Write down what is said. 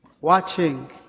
watching